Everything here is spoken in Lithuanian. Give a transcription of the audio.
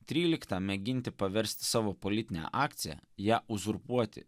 tryliktą mėginti paversti savo politine akcija ją uzurpuoti